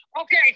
Okay